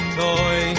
toy